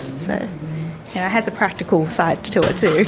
so yeah it has a practical side to it too.